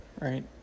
right